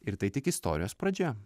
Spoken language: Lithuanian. ir tai tik istorijos pradžia